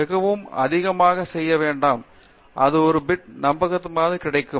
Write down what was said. மிகவும் அதிகமாக செய்ய வேண்டாம் அது ஒரு பிட் நம்பத்தகாத கிடைக்கும்